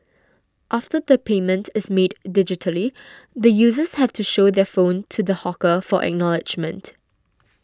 after the payment is made digitally the users have to show their phone to the hawker for acknowledgement